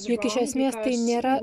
juk iš esmės tai nėra